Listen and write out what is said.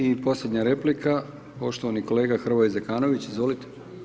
I posljednja replika, poštovani kolega Hrvoje Zekanović, izvolite.